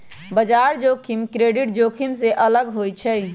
बजार जोखिम क्रेडिट जोखिम से अलग होइ छइ